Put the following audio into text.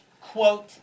quote